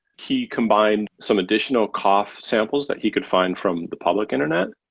he combined some additional cough samples that he could find from the public internet.